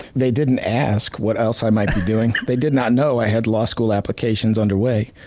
they didn't ask what else i might be doing. they did not know i had law school applications underway.